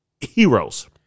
heroes